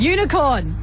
Unicorn